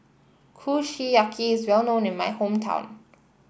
Kushiyaki is well known in my hometown